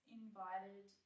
invited